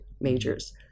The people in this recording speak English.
majors